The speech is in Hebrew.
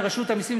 מרשות המסים,